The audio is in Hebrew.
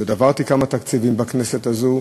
אני כבר עברתי כמה תקציבים בכנסת הזאת,